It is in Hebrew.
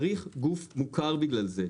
צריך גוף מוכר לזה.